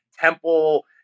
temple